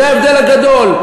זה ההבדל הגדול,